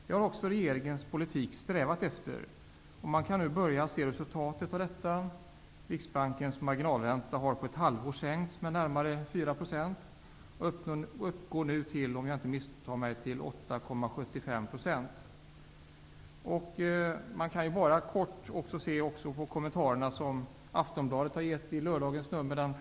Det har också regeringen i sin politik strävat efter, och man kan nu börja se resultatet av detta. Riksbankens marginalränta har på ett halvår sänkts med närmare 4 % och uppgår nu till, om jag inte misstar mig, 8,75 %. Låt mig här kort återge några kommentarer i Aftonbladet i lördags, den 5 juni.